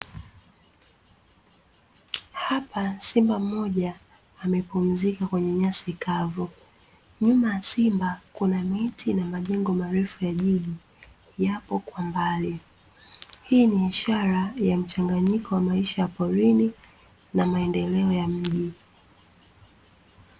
Hapa simba mmoja amepumzika kwenye nyasi kavu. Nyuma ya simba kuna miti na majengo marefu ya jiji yapo kwa mbali. Hii ni ishara ya mchanganyiko wa maisha ya porini na maendeleo ya mji.